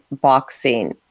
boxing